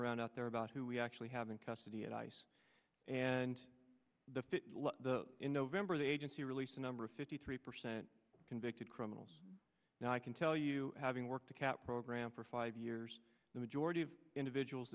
around out there about who we actually have in custody at ice and the in november the agency released a number of fifty three percent convicted criminals now i can tell you having worked the cat program for five years the majority of individuals